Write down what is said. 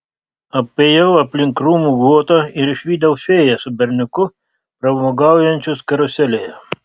apėjau aplink krūmų guotą ir išvydau fėją su berniuku pramogaujančius karuselėje